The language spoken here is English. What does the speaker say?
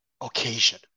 occasion